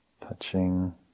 touching